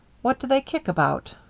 what do they kick about?